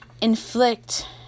inflict